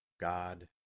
God